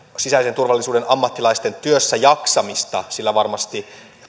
sisäisen turvallisuuden ammattilaisten työssäjaksamista sillä varmasti